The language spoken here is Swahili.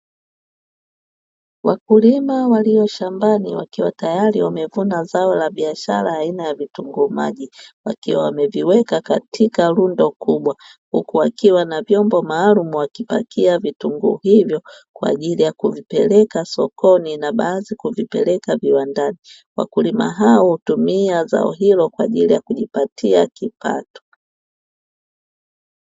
Wakulima walio shambani wakiwa tayari wamevuna zao la biashara aina ya vitunguu maji wakiwa wameviweka katika rundo kubwa, huku wakiwa na vyombo maalumu wakipakia vitunguu hivyo kwa ajili ya kuvipeleka sokoni na baadhi kuvipelekea viwandani. Wakulima hao hutumia zao hilo kwa ajili ya kujipatia kipato.